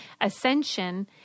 Ascension